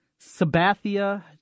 Sabathia